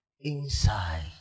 inside